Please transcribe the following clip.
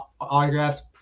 autographs